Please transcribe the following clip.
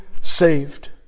saved